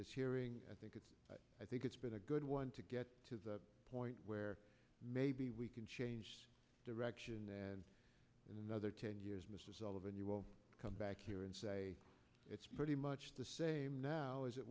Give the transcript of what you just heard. this hearing i think it's i think it's been a good one to get to the point where maybe we can change direction then in another ten years mr sullivan you will come back here and say it's pretty much the same now as it